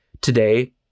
today